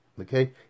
Okay